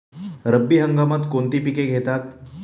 रब्बी हंगामात कोणती पिके घेतात?